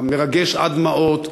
המרגש עד דמעות,